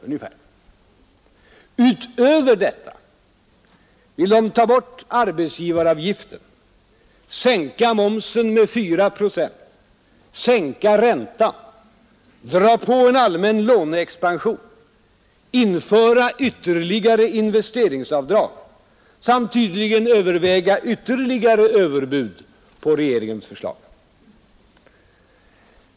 Utöver detta vill de ta bort arbetsgivaravgiften, sänka momsen med 4 procent, sänka räntan, dra på en allmän låneexpansion, införa ytterligare investeringsavdrag samt överväga ytterligare överbud på regeringens förslag.